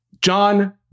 john